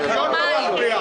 זכותכם.